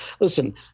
Listen